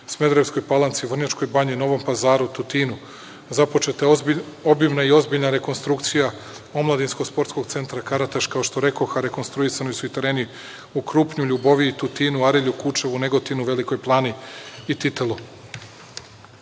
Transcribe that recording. Smederevskoj Palanci, Vrnjačkoj Banji, Novom Pazaru, Tutinu. Započeta je obimna i ozbiljna rekonstrukcija Omladinskog sportskog centra „Karataš“, kao što rekoh, a rekonstruisani su i tereni u Krupnju, Ljuboviji, Tutinu, Arilju, Kučevu, Negotinu, Velikoj Plani i